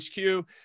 HQ